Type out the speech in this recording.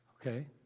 Okay